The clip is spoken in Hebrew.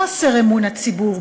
חוסר אמון הציבור,